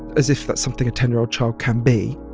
as if that's something a ten year old child can be